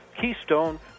Keystone